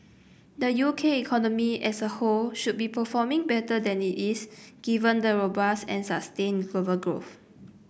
the U K economy as a whole should be performing better than it is given the robust and sustained global growth